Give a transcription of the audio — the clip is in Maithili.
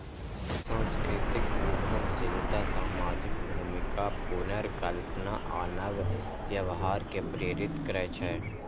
सांस्कृतिक उद्यमशीलता सामाजिक भूमिका पुनर्कल्पना आ नव व्यवहार कें प्रेरित करै छै